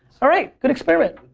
alright, good experiment.